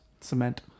Cement